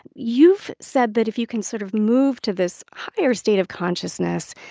you've said that if you can sort of move to this higher state of consciousness,